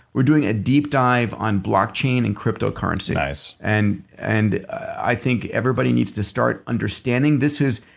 we're doing a deep dive on blockchain and cryptocurrency nice and and i think everybody needs to start understanding this is.